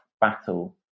battle